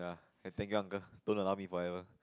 okay thank you uncle don't allow me forever